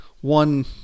One